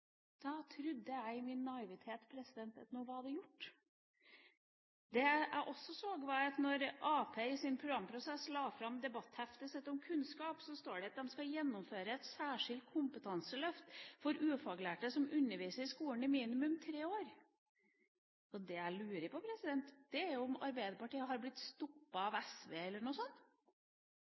Da trodde jeg i min naivitet at nå var det gjort. Jeg så, da Arbeiderpartiet i sin programprosess la fram debattheftet sitt om kunnskap, at det står der at de skal gjennomgå et særskilt kompetanseløft for ufaglærte som underviser i skolen i minimum tre år. Det jeg lurer på, er om Arbeiderpartiet har blitt stoppet av SV eller noe sånn.